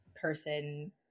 person